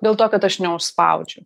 dėl to kad aš neužspaudžiu